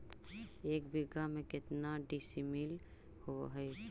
एक बीघा में केतना डिसिमिल होव हइ?